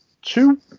Two